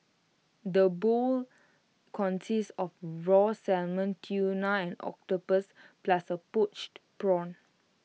the bowl consists of raw salmon tuna and octopus plus A poached prawn